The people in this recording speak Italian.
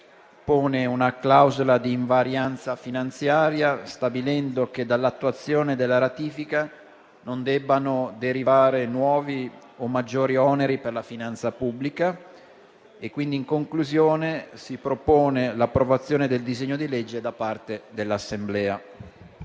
pone una clausola di invarianza finanziaria stabilendo che dall'attuazione della ratifica non debbano derivare nuovi o maggiori oneri per la finanza pubblica. In conclusione, si propone l'approvazione del disegno di legge da parte dell'Assemblea.